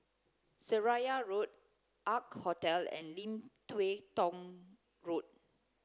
Seraya Road Ark Hostel and Lim Tua Tow Road